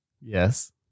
Yes